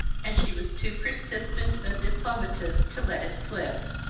and she was too persistent a diplomatist to let it slip.